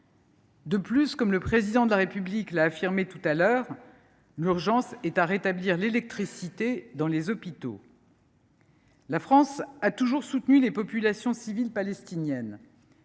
De plus, comme le Président de la République l’a affirmé tout à l’heure, l’urgence est à rétablir l’électricité dans les hôpitaux. La France a toujours soutenu les populations civiles palestiniennes.